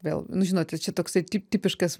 vėl nu žinote čia toksai tipiškas